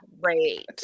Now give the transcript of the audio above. great